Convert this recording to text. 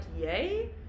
yay